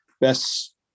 best